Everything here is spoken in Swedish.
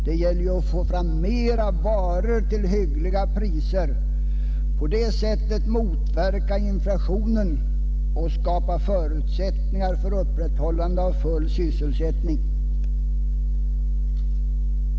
Det gäller ju att få fram mera varor till hyggliga priser för att på det sättet motverka inflationen och skapa förutsättningar för upprätthållande av full sysselsättning.